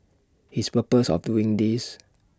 his purpose of doing this